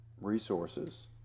resources